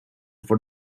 for